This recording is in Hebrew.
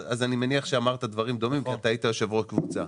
אז אני מניח שאמרת דברים דומים כי אתה היית יושב-ראש קבוצה,